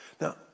Now